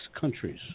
countries